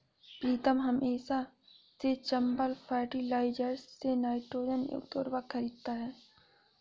प्रीतम हमेशा से चंबल फर्टिलाइजर्स से नाइट्रोजन युक्त उर्वरक खरीदता हैं